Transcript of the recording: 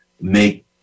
make